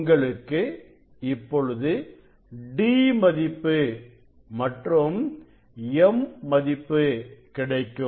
உங்களுக்கு இப்பொழுது d மதிப்பு மற்றும் m மதிப்பு கிடைக்கும்